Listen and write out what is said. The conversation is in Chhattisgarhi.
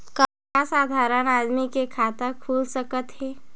का साधारण आदमी के खाता खुल सकत हे?